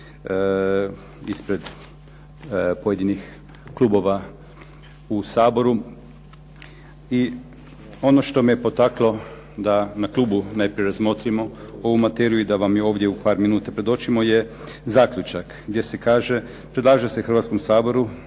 ispred pojedinih klubova u Saboru. I ono što me je potaklo da na klubu najprije razmotrimo ovu materiju, i da vam je ovdje u par minuta predočimo je zaključak, gdje se kaže: predlaže se Hrvatskom saboru